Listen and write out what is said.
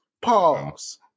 Pause